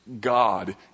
God